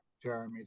Jeremy